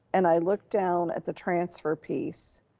and i looked down at the transfer piece,